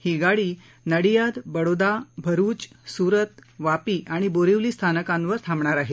ही गाडी नाडियाद बडोदा भरुच सुरत वापी आणि बोरिवली स्थानकांवर थांबणार आहे